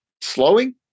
slowing